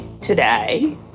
today